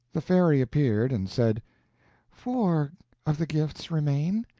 the fairy appeared, and said four of the gifts remain.